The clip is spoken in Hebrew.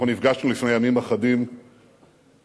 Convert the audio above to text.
אנחנו נפגשנו לפני ימים אחדים ואתה